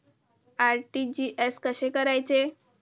RTGS कसे करायचे?